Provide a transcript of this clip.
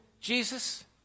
Jesus